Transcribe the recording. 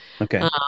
okay